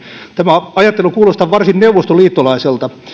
tämä ajattelu kuulostaa varsin neuvostoliittolaiselta